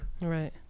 Right